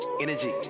energy